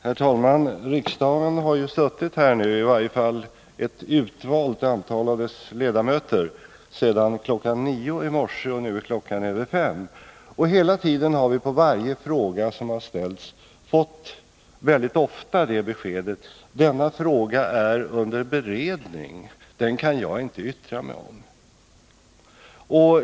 Herr talman! Riksdagen, eller i varje fall ett utvalt antal av dess ledamöter, har suttit här sedan klockan 9 i morse, och nu är klockan över 5. Och hela tiden har vi — väldigt ofta — på varje fråga som har ställts fått svaret: Denna fråga är under beredning; den kan jag inte yttra mig om.